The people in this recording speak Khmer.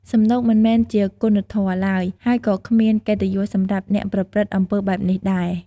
សំណូកមិនមែនជាគុណធម៌ឡើយ ហើយក៏គ្មានកិត្តិយសសម្រាប់អ្នកប្រព្រឹត្តអំពើបែបនេះដែរ។